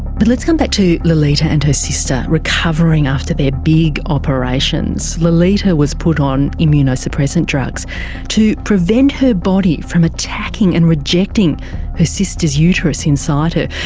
but let's come back to lolita and her sister recovering after their big operations. lolita was put on immunosuppressant drugs to prevent her body from attacking and rejecting her sister's uterus inside her,